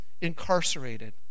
incarcerated